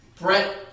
Brett